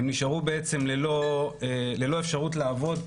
הן נשארו בעצם ללא אפשרות לעבוד,